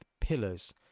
pillars